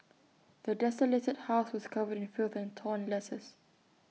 the desolated house was covered in filth and torn letters